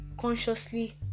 consciously